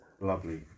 lovely